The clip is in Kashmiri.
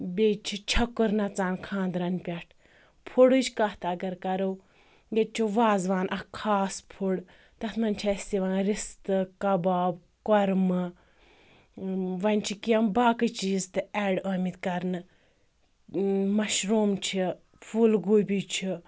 بیٚیہِ چھِ چھۄکُر نَژان خانٛدرَن پٮ۪ٹھ فُڈٕچ کَتھ اگر کَرو ییٚتہِ چھُ وازوان اَکھ خاص فُڈ تَتھ منٛز چھِ اَسہِ یِوان رِستہٕ کَباب کۄرمہٕ وۄنۍ چھِ کینٛہہ باقٕے چیٖز تہِ ایڈ آمٕتۍ کَرنہٕ مَشروٗم چھِ فُل گوٗبی چھِ